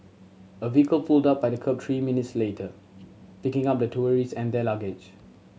a vehicle pulled up by the kerb three minutes later picking up the tourist and their luggage